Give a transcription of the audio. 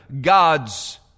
God's